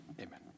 Amen